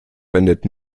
wendet